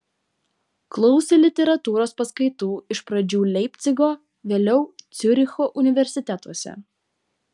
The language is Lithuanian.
klausė literatūros paskaitų iš pradžių leipcigo vėliau ciuricho universitetuose